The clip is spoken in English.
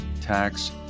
tax